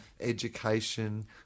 education